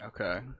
Okay